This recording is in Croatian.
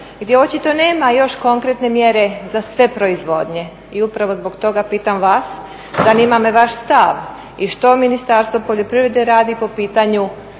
gdje očito nema još konkretne mjere za sve proizvodnje. I upravo zbog toga pitam vas, zanima me vaš stav i što Ministarstvo poljoprivrede radi po pitanju